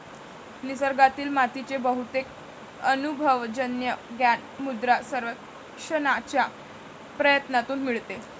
निसर्गातील मातीचे बहुतेक अनुभवजन्य ज्ञान मृदा सर्वेक्षणाच्या प्रयत्नांतून मिळते